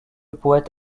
poète